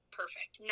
perfect